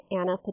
Anna